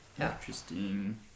Interesting